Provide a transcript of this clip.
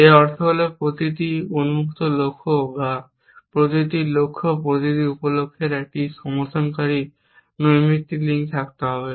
এর অর্থ হল প্রতিটি উন্মুক্ত লক্ষ্য বা প্রতিটি লক্ষ্য প্রতিটি উপ লক্ষ্যের একটি সমর্থনকারী নৈমিত্তিক লিঙ্ক থাকতে হবে